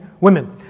women